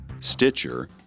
Stitcher